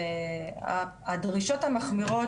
הדרישות המחמירות,